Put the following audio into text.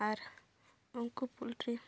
ᱟᱨ ᱩᱱᱠᱩ ᱯᱳᱞᱴᱨᱤ